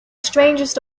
strangest